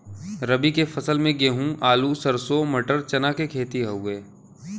रबी के फसल में गेंहू, आलू, सरसों, मटर, चना के खेती हउवे